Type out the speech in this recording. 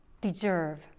deserve